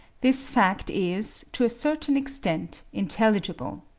this fact is, to a certain extent, intelligible.